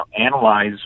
analyze